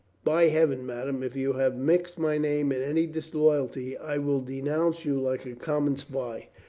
by heaven, madame, if you have mixed my name in any disloyalty, i will denounce you like a common spy.